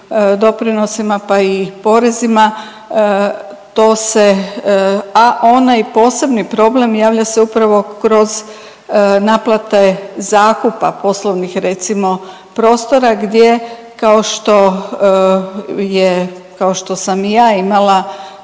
doprinosima pa i porezima to se, a onaj posebni problem javlja se upravo kroz naplate zakupa poslovnih recimo prostora gdje kao što je, kao